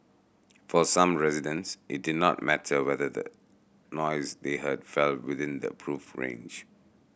for some residents it did not matter whether the noise they heard fell within the approved range